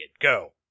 Go